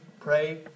Pray